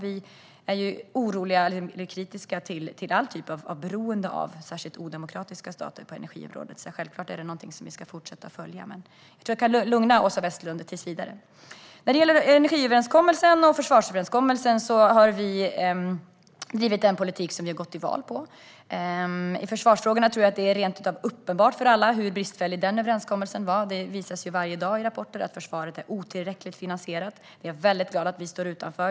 Vi är kritiska till alla typer av beroende på energiområdet, särskilt av odemokratiska stater, så självklart är det något som vi ska fortsätta följa. Men jag tror att jag kan lugna Åsa Westlund tills vidare. När det gäller energiöverenskommelsen och försvarsöverenskommelsen har vi drivit den politik som vi gick till val på. I försvarsfrågan tror jag att det är uppenbart för alla hur bristfällig överenskommelsen var. Det visar sig ju varje dag i rapporter att försvaret är otillräckligt finansierat. Detta är jag väldigt glad att vi står utanför.